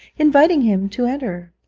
inviting him to enter.